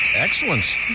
Excellent